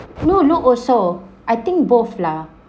no not also I think both lah